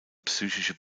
psychische